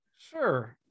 Sure